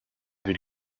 but